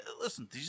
Listen